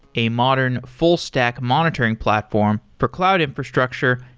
a modern, full-stack monitoring platform for cloud infrastructure,